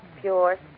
pure